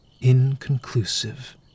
inconclusive